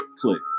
Click